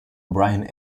bryan